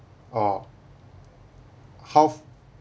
or how